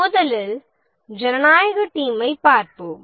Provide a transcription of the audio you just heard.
முதலில் ஜனநாயகக் டீமைப் பார்ப்போம்